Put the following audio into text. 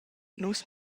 nus